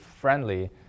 friendly